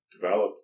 developed